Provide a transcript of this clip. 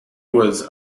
was